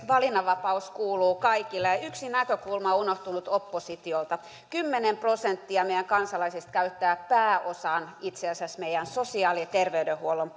valinnanvapaus kuuluu kaikille ja ja yksi näkökulma on unohtunut oppositiolta kymmenen prosenttia meidän kansalaisista käyttää itse asiassa pääosan meidän sosiaali ja terveydenhuollon